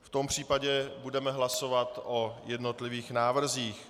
V tom případě budeme hlasovat o jednotlivých návrzích.